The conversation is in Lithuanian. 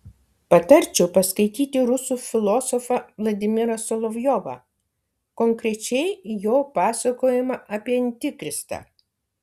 patarčiau paskaityti rusų filosofą vladimirą solovjovą konkrečiai jo pasakojimą apie antikristą